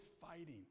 fighting